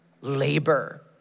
labor